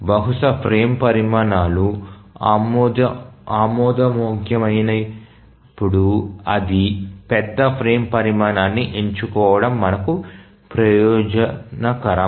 బహుళ ఫ్రేమ్ పరిమాణాలు ఆమోదయోగ్యమైనప్పుడు అతి పెద్ద ఫ్రేమ్ పరిమాణాన్ని ఎంచుకోవడం మనకు ప్రయోజనకరం